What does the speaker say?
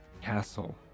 castle